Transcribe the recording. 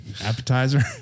Appetizer